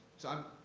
so i'm,